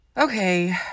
Okay